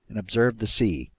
and observe the sea.